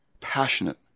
passionate